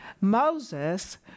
Moses